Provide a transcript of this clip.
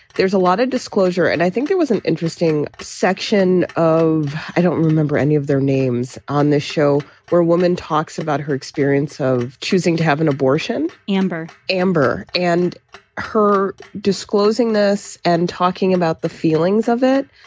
there's a lot of disclosure. and i think there was an interesting section of i don't remember any of their names on this show where a woman talks about her experience of choosing to have an abortion. amber, amber and her disclosing this and talking about the feelings of it.